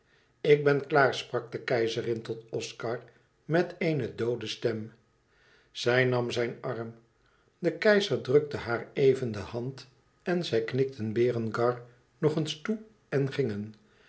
ik ben klaar sprak de keizerin tot oscar met eene doode stem zij nam zijn arm de keizer drukte haar even de hand en zij knikten berengar nog eens toe en gingen